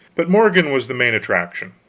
but morgan was the main attraction,